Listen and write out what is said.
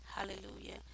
hallelujah